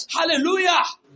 Hallelujah